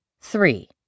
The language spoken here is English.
Three